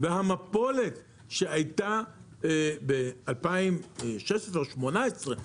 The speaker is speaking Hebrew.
המפולת שהייתה ב-2016 או 2018,